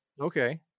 Okay